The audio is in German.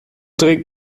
trägt